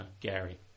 Gary